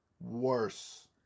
worse